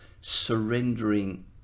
surrendering